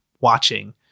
watching